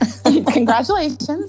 congratulations